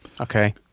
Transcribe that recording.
okay